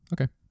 Okay